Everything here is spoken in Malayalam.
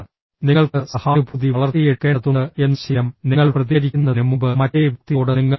നിങ്ങൾക്ക് സഹാനുഭൂതി വളർത്തിയെടുക്കേണ്ടതുണ്ട് എന്ന ശീലം നിങ്ങൾ പ്രതികരിക്കുന്നതിന് മുമ്പ് മറ്റേ വ്യക്തിയോട് നിങ്ങൾക്ക് തോന്നണം